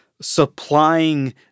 supplying